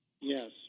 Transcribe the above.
Yes